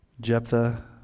Jephthah